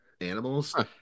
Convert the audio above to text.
animals